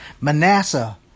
Manasseh